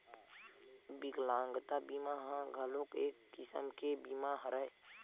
बिकलांगता बीमा ह घलोक एक किसम के बीमा हरय